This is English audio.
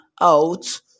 out